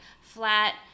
flat